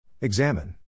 Examine